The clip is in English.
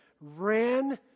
ran